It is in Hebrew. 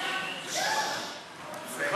מיצוי אפשרויות האימוץ אצל קרוב משפחה),